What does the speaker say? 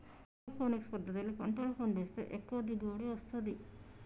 aeroponics పద్దతిల పంటలు పండిస్తే ఎక్కువ దిగుబడి వస్తది